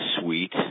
suite